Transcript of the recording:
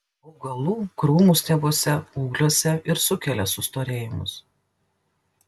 augalų krūmų stiebuose ūgliuose ir sukelia sustorėjimus